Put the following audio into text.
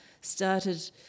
started